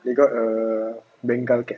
they got a bengal cat